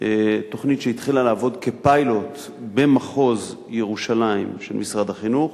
תוכנית שהתחילה לעבוד כפיילוט במחוז ירושלים של משרד החינוך,